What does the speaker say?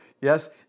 Yes